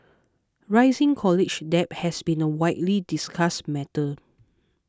rising college debt has been a widely discussed matter